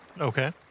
Okay